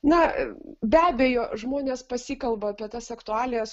na be abejo žmonės pasikalba apie tas aktualijas